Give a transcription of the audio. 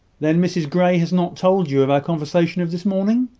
then mrs grey has not told you of our conversation of this morning?